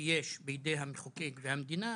שיש בידי המחוקק והמדינה